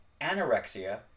anorexia